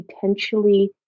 potentially